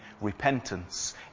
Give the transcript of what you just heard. repentance